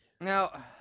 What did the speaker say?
Now